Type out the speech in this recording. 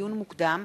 לדיון מוקדם: